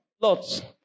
lots